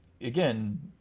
again